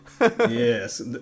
yes